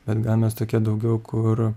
bet gal mes tokie daugiau kur